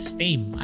fame